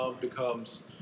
becomes